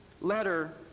letter